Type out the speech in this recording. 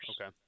Okay